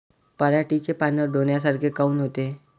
पराटीचे पानं डोन्यासारखे काऊन होते?